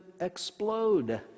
explode